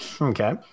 Okay